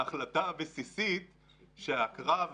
ההחלטה הבסיסית אומרת שראוי לקבוע לגבי הקרב,